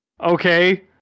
okay